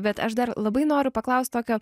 bet aš dar labai noriu paklaust tokio